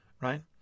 right